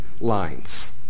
lines